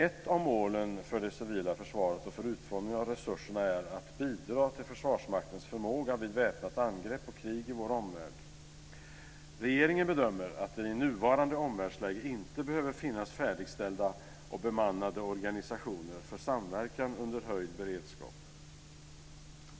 Ett av målen för det civila försvaret och för utformningen av resurserna är att bidra till Försvarsmaktens förmåga vid väpnat angrepp och krig i vår omvärld. Regeringen bedömer att det i nuvarande omvärldsläge inte behöver finnas färdigställda och bemannade organisationer för samverkan under höjd beredskap.